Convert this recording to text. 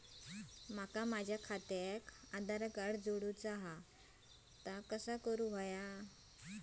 माका माझा खात्याक आधार कार्ड जोडूचा हा ता कसा करुचा हा?